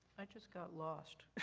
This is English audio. i just got lost.